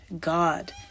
God